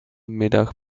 middag